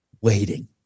waiting